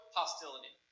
hostility